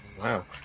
Wow